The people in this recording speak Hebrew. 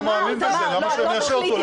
אני לא מאמין בזה, למה שאני אשעה אותו?